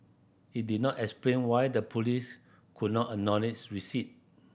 it did not explain why the police could not acknowledge receipt